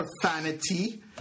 profanity